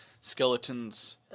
Skeletons